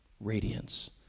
radiance